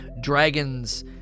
Dragons